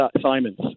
Simon's